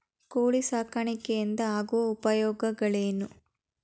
ಕೋಳಿ ಸಾಕಾಣಿಕೆಯಿಂದ ಆಗುವ ಉಪಯೋಗಗಳೇನು?